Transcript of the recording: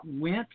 went